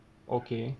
okay